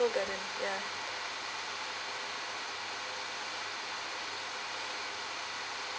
Seoul Garden ya